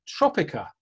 Tropica